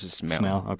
smell